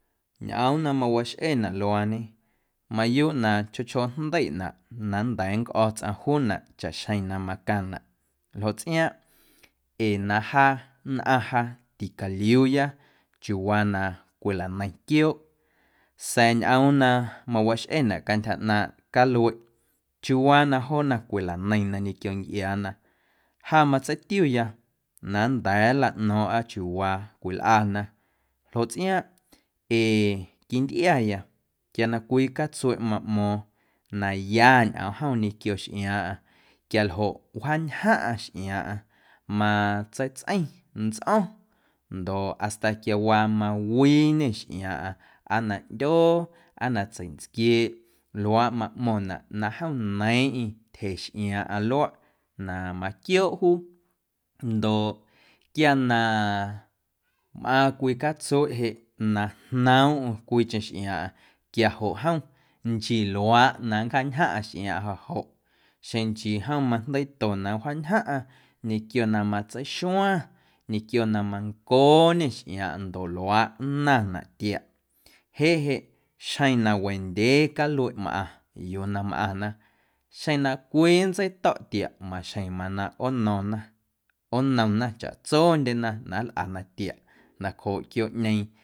Ñꞌoom na mawaxꞌena luaañe mayuuꞌ na chjoo chjoo jndeiꞌnaꞌ na nnda̱a̱ nncꞌo̱ tsꞌaⁿ juunaꞌ chaꞌxjeⁿ na macaⁿnaꞌ ljoꞌ tsꞌiaaⁿꞌ ee na jaa nnꞌaⁿ jaa ticaliuuya chiuuwaa na cwilaneiⁿ quiooꞌ sa̱a̱ ñꞌoom na mawaxꞌenaꞌ cantyja ꞌnaaⁿꞌ calueꞌ chiuuwaa na joona cwilaneiⁿna ñequio ncꞌiaana ja matseitiuya na nnda̱a̱ nlaꞌno̱o̱ⁿꞌa chiuuwaa na cwilꞌana ljoꞌ tsꞌiaaⁿꞌ ee quintꞌiaya quia na cwii catsueꞌ maꞌmo̱o̱ⁿ na ya ñꞌoom jom ñequio xꞌiaaⁿꞌaⁿ quialjoꞌ wjaantyjaⁿꞌaⁿ xꞌiaaⁿꞌaⁿ matseitsꞌeiⁿ ntsꞌo̱ⁿ ndoꞌ hasta quiawaa mawiiñe xꞌiaaⁿꞌaⁿ aa na ꞌndyoo aa na tseiꞌntsquieeꞌ luaaꞌ maꞌmo̱ⁿnaꞌ na jom neiiⁿꞌeiⁿ tyje xꞌiaaⁿꞌaⁿ luaꞌ na maquiooꞌ juu ndoꞌ quia na mꞌaaⁿ cwii catsueꞌ jeꞌ na jnoomꞌm cwiicheⁿ xꞌiaaⁿꞌaⁿ quiajoꞌ jom nchii luaaꞌ na nncjaantyjaⁿꞌaⁿ xꞌiaaⁿꞌaⁿ joꞌ xeⁿ nchii jom majndeiito na wjaantyjaⁿꞌaⁿ ñequio na matseixuaⁿ, ñequio na mancooñe xꞌiaaⁿꞌaⁿ ndoꞌ luaaꞌ nnaⁿnaꞌ tiaꞌ jeꞌ jeꞌ xjeⁿ na wendyee calueꞌ mꞌaⁿ yuu na mꞌaⁿna xeⁿ na cwii nntseito̱ꞌ tiaꞌ maxjeⁿ mana ꞌoonomna chaꞌtsondyena na nlꞌana tiaꞌ nacjooꞌ quiooꞌñeeⁿ.